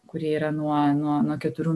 kurie yra nuo nuo keturių